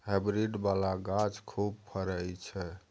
hybrid बला गाछ खूब फरइ छै